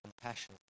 compassion